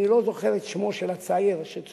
אני לא זוכר את שמו של הצעיר שצועד,